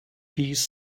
piece